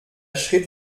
schritt